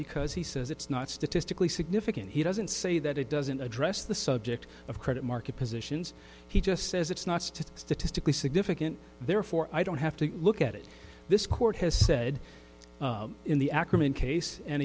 because he says it's not statistically significant he doesn't say that it doesn't address the subject of credit market positions he just says it's not statistically significant therefore i don't have to look at it this court has said in the ackerman case and